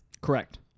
Correct